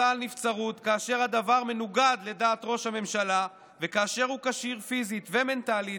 כאשר הדבר מנוגד לדעת ראש הממשלה וכאשר הוא כשיר פיזית ומנטלית,